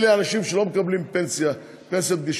אלה אנשים שלא מקבלים פנסיות גישור,